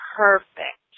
perfect